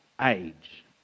age